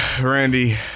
Randy